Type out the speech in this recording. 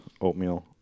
Oatmeal